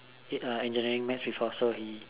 engineering maths before so he